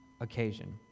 occasion